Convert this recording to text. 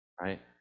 Right